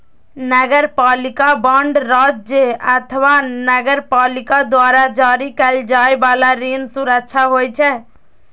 नगरपालिका बांड राज्य अथवा नगरपालिका द्वारा जारी कैल जाइ बला ऋण सुरक्षा होइ छै